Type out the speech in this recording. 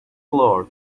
flour